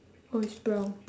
oh it's brown